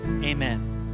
Amen